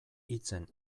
hitzen